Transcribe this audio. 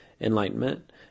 enlightenment